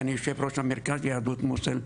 כי אני יושב ראש המרכז של יהדות מוסול,